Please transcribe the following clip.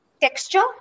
texture